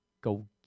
go